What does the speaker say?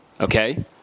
Okay